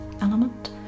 element